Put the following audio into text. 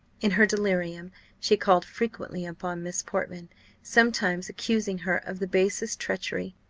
in her delirium she called frequently upon miss portman sometimes accusing her of the basest treachery,